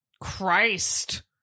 christ